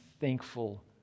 thankful